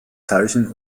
zeichen